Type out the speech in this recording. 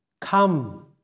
come